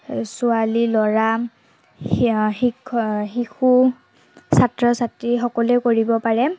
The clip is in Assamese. ছোৱালী ল'ৰা সেয়া শিশু ছাত্ৰ ছাত্ৰী সকলোৱে কৰিব পাৰে